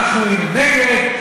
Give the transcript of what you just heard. אנחנו נגד.